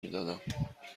میدادم